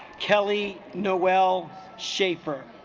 kelly noel schaefer